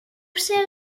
seguia